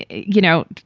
you know,